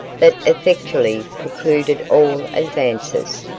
that effectually precluded all advances.